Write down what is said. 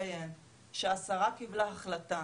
לציין שהשרה קיבלה החלטה,